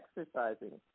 exercising